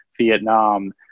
Vietnam